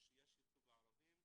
כשיש ייצוג לערבים,